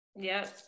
Yes